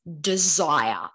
desire